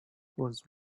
was